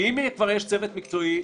שאם יש צוות מקצועי,